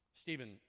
Stephen